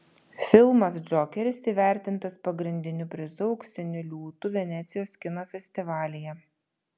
filmas džokeris įvertintas pagrindiniu prizu auksiniu liūtu venecijos kino festivalyje